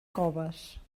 coves